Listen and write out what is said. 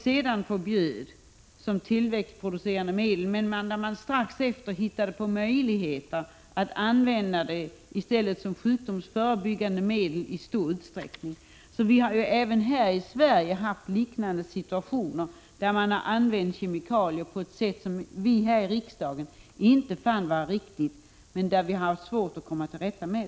Detta förbjöds sedan som tillväxtproducerande medel, men inte långt därefter fann man på möjligheter att i stället använda det som sjukdomsförebyggande medel. Vi har alltså även här i Sverige haft en liknande situation som man nu har utomlands och använt kemikalier på ett sätt som vi här i riksdagen inte fann vara riktigt men som vi haft svårt att komma till rätta med.